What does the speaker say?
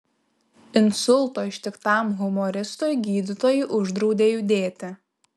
insulto ištiktam humoristui gydytojai uždraudė judėti